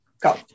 go